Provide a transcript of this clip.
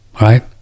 right